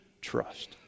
trust